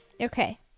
okay